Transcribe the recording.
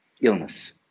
illness